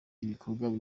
ibikorwa